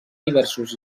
diversos